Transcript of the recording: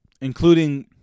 Including